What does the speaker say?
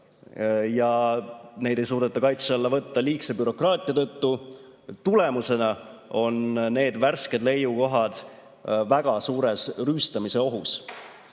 Neid ei suudeta kaitse alla võtta liigse bürokraatia tõttu. Seetõttu on need värsked leiukohad väga suures rüüstamisohus.